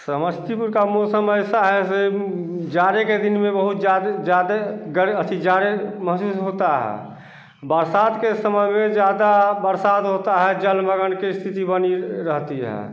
समस्तीपुर का मौसम ऐसा है ऐसे जाड़े के दिन में बहुत ज़्यादे ज़्यादा अथि जाड़े महसूस होता है बरसात के समय में ज़्यादा बरसात होता है जलमग्न की स्थिति बनी रहती है